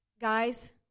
Guys